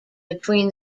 between